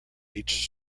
each